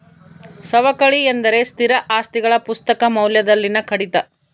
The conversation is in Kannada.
ಸವಕಳಿ ಎಂದರೆ ಸ್ಥಿರ ಆಸ್ತಿಗಳ ಪುಸ್ತಕ ಮೌಲ್ಯದಲ್ಲಿನ ಕಡಿತ